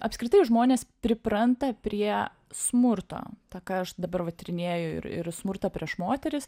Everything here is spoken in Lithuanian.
apskritai žmonės pripranta prie smurto tą ką aš dabar va tyrinėju ir ir smurtą prieš moteris